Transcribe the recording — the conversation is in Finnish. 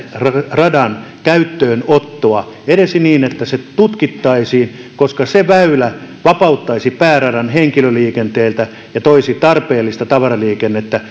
radan käyttöönottoa edes niin että se tutkittaisiin se väylä vapauttaisi tilaa pääradan henkilöliikenteelle ja toisi tarpeellista tarvaraliikennettä